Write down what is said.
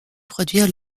produire